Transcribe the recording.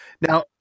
Now